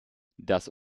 das